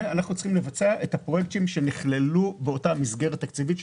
אנחנו צריכים לבצע את הפרויקטים שנכללו באותה מסגרת תקציבית,